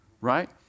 right